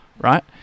right